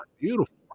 Beautiful